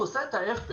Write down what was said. הוא עושה את ההפך.